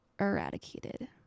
eradicated